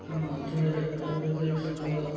ଆମ ଅଞ୍ଚଳରେ ପ୍ରାକୃତିକ ସମ୍ବଳ